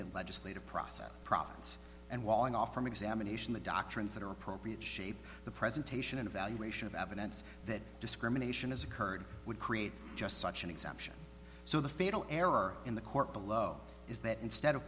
the legislative process profits and walling off from examination the doctrines that are appropriate shape the presentation and evaluation of evidence that discrimination has occurred would create just such an exemption so the fatal error in the court below is that instead of